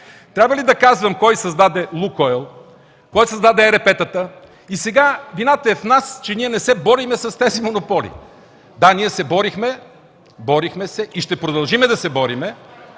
Трябва ли да казвам кой създаде „Лукойл”, кой създаде ЕРП-тата. Сега вината е в нас, че ние не се борим с тези монополи. Да, ние се борихме, борихме се и ще продължим да се борим,